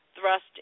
thrust